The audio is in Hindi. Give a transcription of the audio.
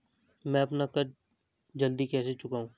मैं अपना कर्ज जल्दी कैसे चुकाऊं?